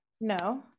No